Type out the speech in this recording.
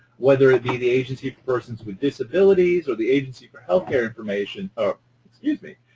whether it be the agency for persons with disabilities or the agency for health care information um excuse me,